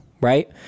Right